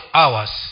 hours